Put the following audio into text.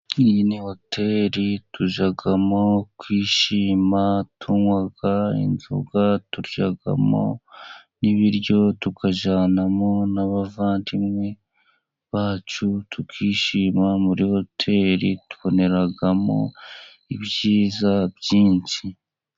Iyi ni hoteri tujyamo kwishima tunwa inzoga turyamo n'ibiryo, tukajyanamo n'abavandimwe bacu tukishima. Muri hoteli tuboneramo ibyiza byinshi.